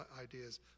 ideas